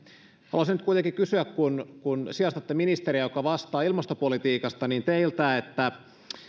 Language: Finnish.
haluaisin nyt kuitenkin kysyä teiltä kun sijaistatte ministeriä joka vastaa ilmastopolitiikasta että